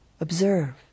Observe